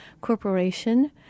corporation